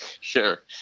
sure